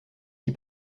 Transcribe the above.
qui